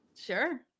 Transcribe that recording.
Sure